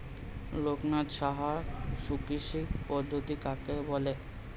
লোকনাথ সাহা শুষ্ককৃষি পদ্ধতি কাকে বলে?